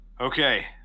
Okay